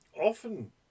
often